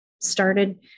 started